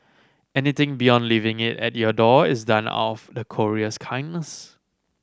anything beyond leaving it at your door is done of the courier's kindness